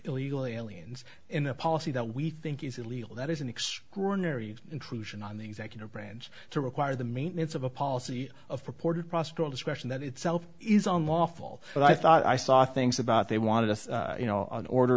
illegal aliens in a policy that we think is illegal that is an extraordinary intrude on the executive branch to require the maintenance of a policy of purported prostrate discretion that itself is on lawful but i thought i saw things about they wanted us you know on order